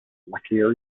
luckier